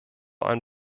ein